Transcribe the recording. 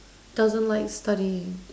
doesn't like studying